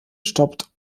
stoppt